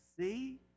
see